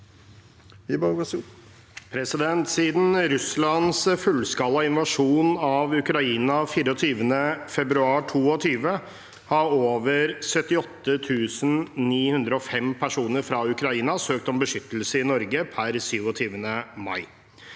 Siden Russlands fullskala invasjon av Ukraina 24. februar 2022 har over 78 905 personer fra Ukraina søkt om beskyttelse i Norge per 27. mai.